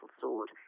sword